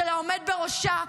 של העומד בראשה,